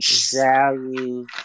value